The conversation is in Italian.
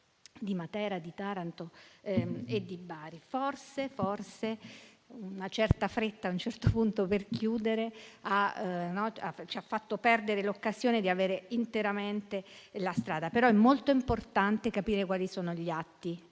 di Matera, di Taranto e di Bari. Forse una certa fretta a un certo punto di chiudere ci ha fatto perdere l'occasione di ottenere il riconoscimento dell'intera strada, ma è molto importante capire quali sono gli atti